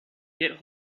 get